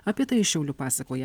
apie tai iš šiaulių pasakoja